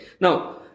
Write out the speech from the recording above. Now